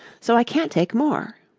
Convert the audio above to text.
so i can't take more